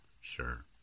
Sure